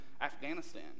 Afghanistan